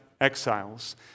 exiles